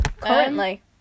currently